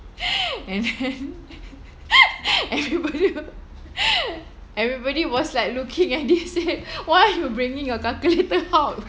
and then everybody everybody was like looking at this said why you bringing your calculator out